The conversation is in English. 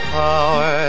power